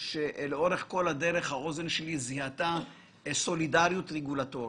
לאורך כל הדרך האוזן שלי זיהתה סולידריות רגולטורית.